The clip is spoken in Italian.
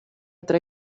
tre